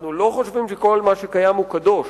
אנחנו לא חושבים שכל מה שקיים הוא קדוש.